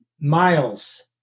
miles